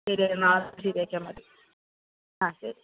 ശരി ആയി നാളെ ശരി ആക്കിയാൽ മതി ആ ശരി